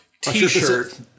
t-shirt